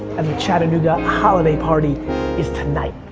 and the chattanooga holiday party is tonight.